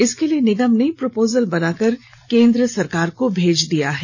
इसके लिए निगम ने प्रपोजल बनाकर केंद्र सरकार को भेज दिया है